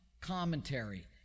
commentary